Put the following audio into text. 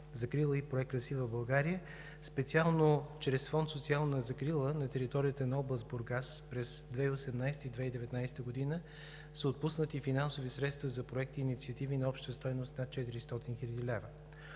закрила“ и Проект „Красива България“. Специално чрез фонд „Социална закрила“ на територията на област Бургас през 2018 г. и 2019 г. са отпуснати финансови средства за проекти и инициативи на обща стойност над 400 хил. лв.